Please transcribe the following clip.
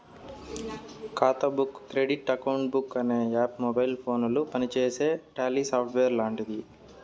ఖాతా book credit account book అనే app mobile ఫోనుల పనిచేసే టాలీ సాఫ్ట్వేర్ లాంటిది